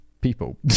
people